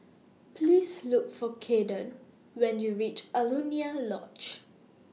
Please Look For Kayden when YOU REACH Alaunia Lodge